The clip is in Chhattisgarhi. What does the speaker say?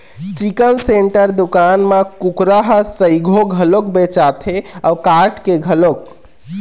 चिकन सेंटर दुकान म कुकरा ह सइघो घलोक बेचाथे अउ काट के घलोक